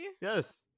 Yes